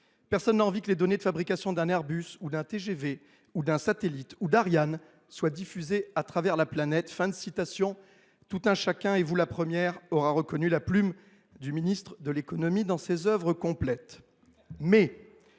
personne n’a envie que les données de fabrication d’un Airbus, d’un TGV, d’un satellite ou d’Ariane soient diffusées à travers la planète. » Chacun, et vous la première, aura reconnu la plume du ministre de l’économie, dans ses œuvres complètes. Pour